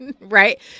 right